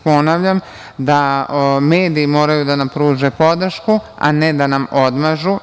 Ponavljam, mediji moraju da nam pruže podršku, a ne da nam odmažu.